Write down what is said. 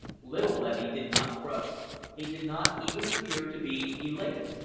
little blenny did not crow he did not even appear to be elated.